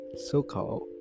So-called